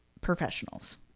professionals